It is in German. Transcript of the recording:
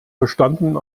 verstanden